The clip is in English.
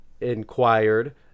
inquired